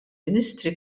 ministri